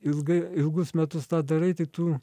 ilgai ilgus metus tą darai tai tu